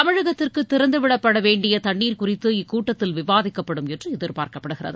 தமிழகத்திற்கு திறந்துவிடப்படவேண்டிய தண்ணீர் குறித்து இக்கூடடத்தில் விவாதிக்கப்படும் என்று எதிர்பார்க்கப்படுகிறது